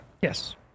Yes